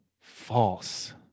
False